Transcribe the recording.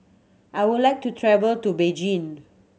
I would like to travel to Beijing